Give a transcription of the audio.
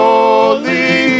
Holy